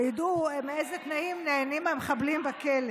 שידעו מאיזה תנאים נהנים המחבלים בכלא.